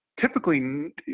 typically